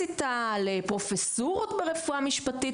באוניברסיטה, לפרופסורות ברפואה משפטית.